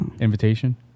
Invitation